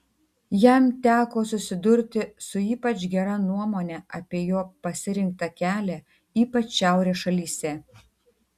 jam teko susidurti su ypač gera nuomone apie jo pasirinktą kelią ypač šiaurės šalyse